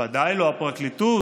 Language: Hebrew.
ודאי לא הפרקליטות,